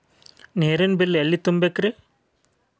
ನೇರಿನ ಬಿಲ್ ಎಲ್ಲ ತುಂಬೇಕ್ರಿ?